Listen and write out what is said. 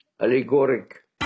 allegoric